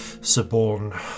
suborn